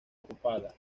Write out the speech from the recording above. ocupada